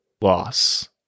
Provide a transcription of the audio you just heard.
loss